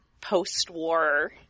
post-war